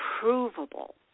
provable